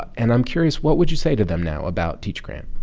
and i'm curious, what would you say to them now about teach grant?